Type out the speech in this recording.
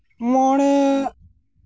ᱢᱚᱬᱮ